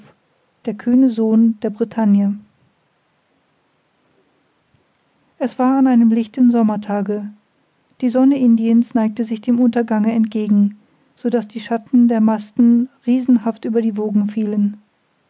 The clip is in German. der kühne sohn der bretagne es war an einem lichten sommertage die sonne indien's neigte sich dem untergange entgegen so daß die schatten der masten riesenhaft über die wogen fielen